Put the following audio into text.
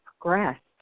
progressed